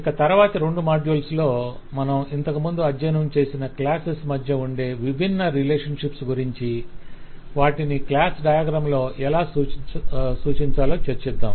ఇక తరువాతి రెండు మాడ్యూల్స్ లో మనం ఇంతకుముందు అధ్యయనం చేసిన క్లాస్సెస్ మధ్యఉండే విభిన్న రిలేషన్షిప్స్ గురించి వాటిని క్లాస్ డయాగ్రమ్ లో ఎలా సూచించాలో చర్చిద్దాం